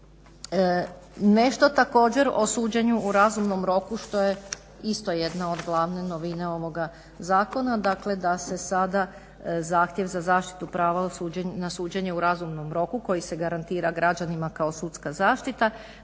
Nešto također o suđenju u razumnom roku što je isto jedna od glavne novine ovoga zakona. Dakle, da se sada zahtjev za zaštitu prava na suđenje u razumnom roku koji se garantira građanima kao sudska zaštita